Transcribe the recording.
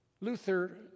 Luther